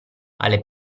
alle